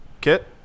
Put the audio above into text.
Kit